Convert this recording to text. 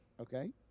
Okay